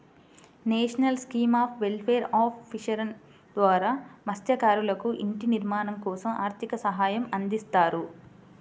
national scheme of welfare of fishermen ద్వారా మత్స్యకారులకు ఇంటి నిర్మాణం కోసం ఆర్థిక సహాయం అందిస్తారు